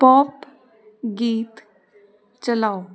pop ਗੀਤ ਚਲਾਓ